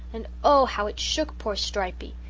and oh, how it shook poor stripey.